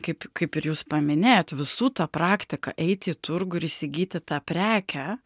kaip kaip ir jūs paminėjot visų ta praktika eiti į turgų ir įsigyti tą prekę